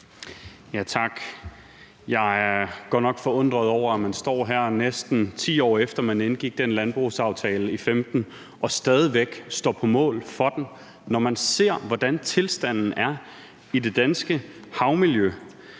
Jeg er godt nok forundret over, at man står her, næsten 10 år efter man indgik den landbrugsaftale i 2015, og stadig væk står på mål for den, når man ser, hvordan tilstanden er i det danske havmiljø.